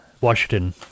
Washington